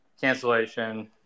cancellation